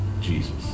Jesus